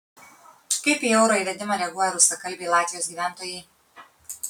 kaip į euro įvedimą reaguoja rusakalbiai latvijos gyventojai